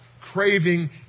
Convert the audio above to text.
craving